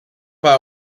war